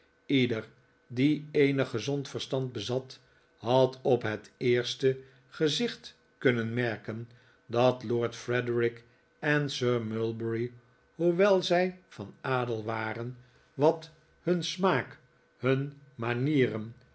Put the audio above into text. ieder die eenig gezond verstand bezat had op het eerste gezicht kunnen merken dat lord frederik en sir mulberry hoewel zij van adel waren wat hun smaak hun manieren